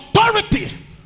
authority